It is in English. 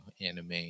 anime